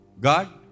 God